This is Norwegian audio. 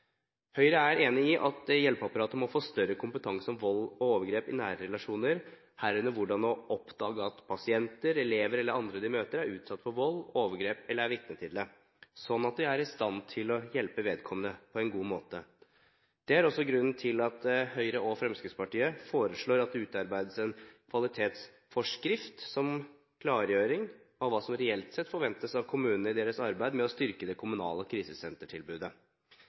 Høyre er enig i at hjelpeapparatet må få større kompetanse på vold og overgrep i nære relasjoner, herunder hvordan å oppdage at pasienter, elever eller andre man møter, er utsatt for vold, overgrep eller er vitne til det, slik at man vil være i stand til å hjelpe vedkommende på en god måte. Det er også grunnen til at Høyre og Fremskrittspartiet foreslår at det utarbeides en kvalitetsforskrift som klargjøring av hva som reelt sett forventes av kommunene i deres arbeid med å styrke det kommunale krisesentertilbudet.